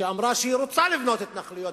שאמרה שהיא רוצה לבנות התנחלויות,